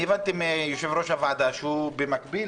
אני הבנתי שיושב-ראש הוועדה שהוא במקביל